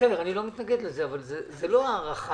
אני לא מתנגד לזה, אבל זה לא הארכת מועד.